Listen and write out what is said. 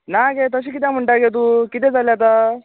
ना गे तशें कित्याक म्हणटाय गे तूं कितें जालें आतां